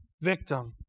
victim